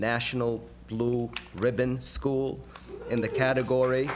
national blue ribbon school in the category